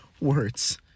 words